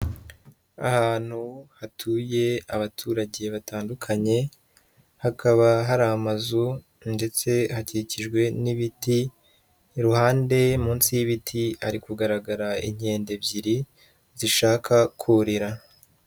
Ahantu hatuye abaturage batandukanye, hakaba hari amazu ndetse hakikijwe n'ibiti, iruhande munsi y'ibiti hari kugaragara inkende ebyiri zishaka kurira.